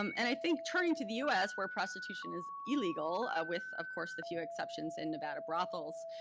um and i think turning to the us, where prostitution is illegal ah with, of course, the few exceptions in nevada brothels,